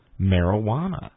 marijuana